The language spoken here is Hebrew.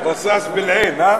רס'אס באל-עין, הא?